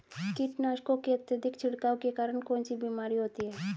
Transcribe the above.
कीटनाशकों के अत्यधिक छिड़काव के कारण कौन सी बीमारी होती है?